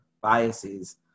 biases